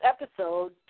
episode